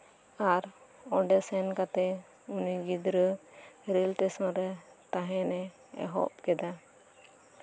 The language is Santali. ᱟᱨ ᱚᱸᱰᱮ ᱥᱮᱱ ᱠᱟᱛᱮᱫ ᱩᱱᱤ ᱜᱤᱫᱽᱨᱟᱹ ᱨᱮᱞ ᱥᱴᱮᱥᱚᱱ ᱨᱮ ᱛᱟᱦᱮᱱᱮ ᱮᱦᱚᱵ ᱠᱮᱫᱟ